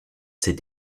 ces